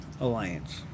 Alliance